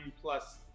plus